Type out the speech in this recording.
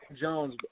Jones